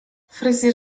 fryzjer